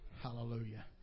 Hallelujah